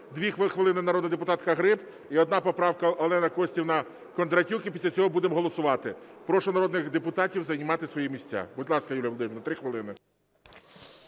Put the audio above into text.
2 хвилини народна депутатка Гриб і одна поправка – Олена Костівна Кондратюк, і після цього будемо голосувати. Прошу народний депутатів займати свої місця. Будь ласка, Юлія Володимирівна, 3 хвилини.